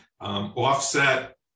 offset